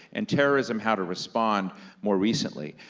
and terrorism, how to respond more recently.